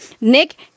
Nick